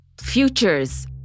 futures